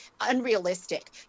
unrealistic